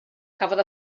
cafodd